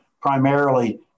primarily